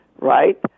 right